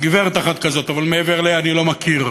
גברת אחת כזאת, אבל מעבר לה אני לא מכיר.